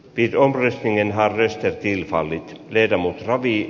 pirjo helsingin harrysta kilpaili vermon ravit